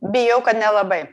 bijau kad nelabai